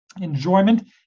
enjoyment